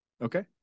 Okay